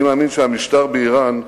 אני מאמין שהמשטר באירן,